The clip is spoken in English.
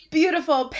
beautiful